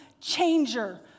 changer